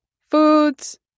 foods